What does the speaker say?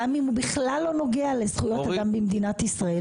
גם אם הוא בכלל לא נוגע לזכויות אדם במדינת ישראל